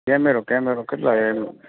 કેમેરો કેમેરો કેટલા એમ